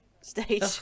Stage